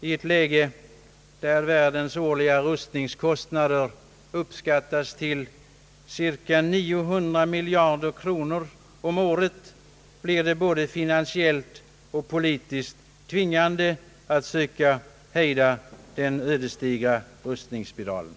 I ett läge där världens årliga rustningskostnader uppskattas till cirka 900 miljarder kronor blir det både finansiellt och politiskt tvingande att söka hejda den ödesdigra rustningsspiralen.